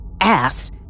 ass